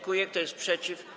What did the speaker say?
Kto jest przeciw?